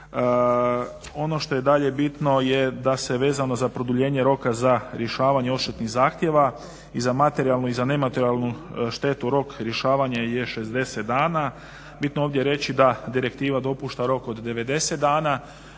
Ono što je dalje bitno je da se vezano za produljenje roka za rješavanje odštetnih zahtjeva i za materijalnu i za nematerijalnu štetu rok rješavanja je 60 dana. Bitno je ovdje reći da direktiva dopušta rok od 90 dana.